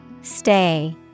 Stay